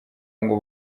ngo